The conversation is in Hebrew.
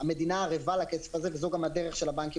המדינה ערבה לכסף הזה וזו גם הדרך של הבנקים